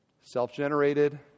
Self-generated